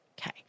okay